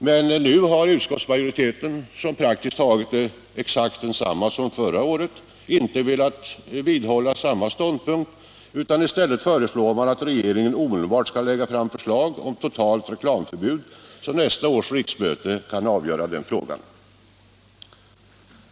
Men nu har utskottsmajoriteten — som praktiskt taget är densamma som förra året — inte velat vidhålla samma ståndpunkt, utan i stället föreslår man att regeringen omedelbart skall lägga fram förslag om totalt reklamförbud, så att nästa års riksmöte kan avgöra den frågan.